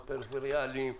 באזורים פריפריאליים,